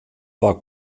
war